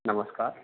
नमस्कार